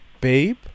Babe